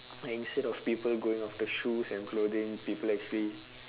and instead of people going after shoes and clothing people actually